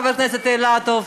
חבר הכנסת אילטוב,